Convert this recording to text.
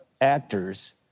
actors